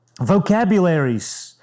vocabularies